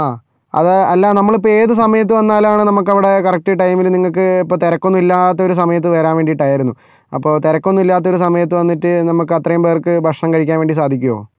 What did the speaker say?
അതെ അത് അല്ല നമ്മൾ ഇപ്പം ഏത് സമയത്ത് വന്നാലാണ് നമുക്കവിടെ കറക്റ്റ് ടൈമിൽ നിങ്ങൾക്ക് ഇപ്പം തിരക്കൊന്നുമില്ലാത്തൊരു സമയത്ത് വരാൻ വേണ്ടിയിട്ടായിരുന്നു അപ്പോൾ തിരക്കൊന്നുമില്ലാത്തൊരു സമയത്ത് വന്നിട്ട് നമുക്കത്രയും പേർക്ക് ഭക്ഷണം കഴിക്കാൻ വേണ്ടി സാധിക്കുമോ